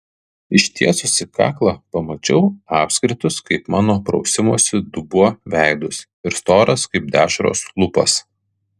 ištiesusi kaklą pamačiau apskritus kaip mano prausimosi dubuo veidus ir storas kaip dešros lūpas